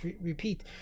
repeat